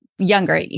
Younger